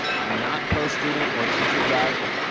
i am not pro-student or teacher death.